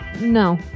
no